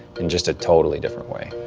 in just a totally different way.